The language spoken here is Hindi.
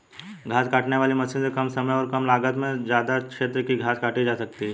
घास काटने वाली मशीन से कम समय और कम लागत में ज्यदा क्षेत्र की घास काटी जा सकती है